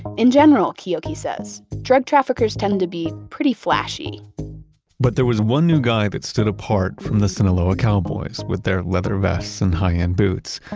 in general, keoki says, drug traffickers tend to be pretty flashy but there was one new guy that stood apart from the sinaloa cowboys with their leather vests and high-end boots.